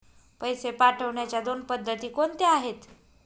पैसे पाठवण्याच्या दोन पद्धती कोणत्या आहेत?